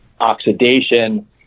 oxidation